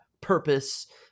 purpose